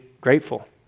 grateful